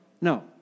No